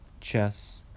chess